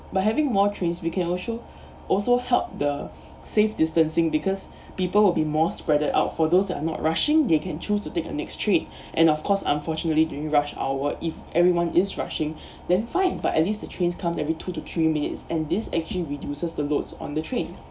by having more trains we can also also help the safe distancing because people will be more spreaded out for those that are not rushing they can choose to take a next trip and of course unfortunately during rush hour if everyone is rushing then fine but at least the trains comes every two to three minutes and this actually reduces the loads on the train